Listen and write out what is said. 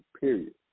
period